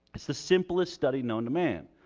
it's the simplest study known to man.